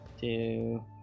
two